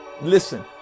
Listen